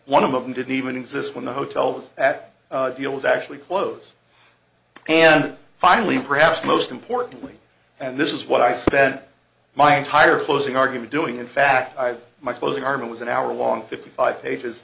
one of them didn't even exist when the hotel was at was actually close and finally perhaps most importantly and this is what i spent my entire closing argument doing in fact i had my closing arm it was an hour long fifty five pages